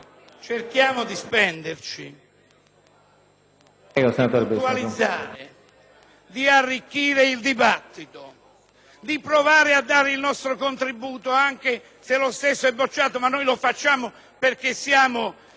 di arricchire il dibattito, di dare il nostro contributo, anche se lo stesso sarà bocciato (ma noi lo diamo perché siamo rispettosi innanzitutto nei confronti del Paese e della nostra coscienza),